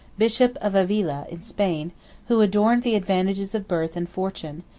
bishop of avila, in spain who adorned the advantages of birth and fortune,